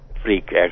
freak